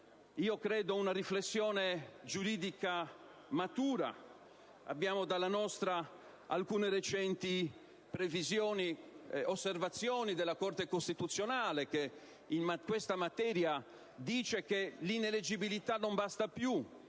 abbiamo una riflessione giuridica matura e alcune recenti decisioni della Corte costituzionale che in questa materia afferma che l'ineleggibilità non basta più.